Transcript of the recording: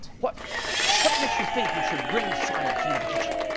what what makes you think you should bring science into the kitchen?